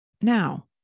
Now